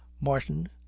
Martin